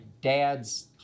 dad's